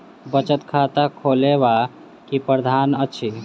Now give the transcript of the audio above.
बचत खाता खोलेबाक की प्रावधान अछि?